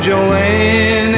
Joanne